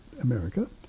America